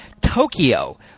Tokyo